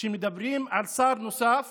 שמדברים על שר נוסף